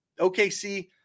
OKC